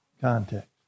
context